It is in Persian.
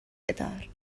بدار